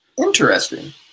Interesting